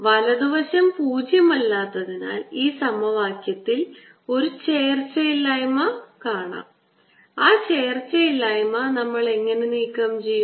വലതുവശം പൂജ്യം അല്ലാത്തതിനാൽ ഈ സമവാക്യത്തിൽ ഒരു ചേർച്ചയില്ലായ്മ ഉണ്ട് ആ ചേർച്ചയില്ലായ്മ നമ്മൾ എങ്ങനെ നീക്കംചെയ്യും